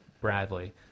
Bradley